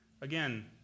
Again